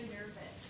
nervous